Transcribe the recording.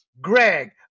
Greg